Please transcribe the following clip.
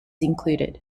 included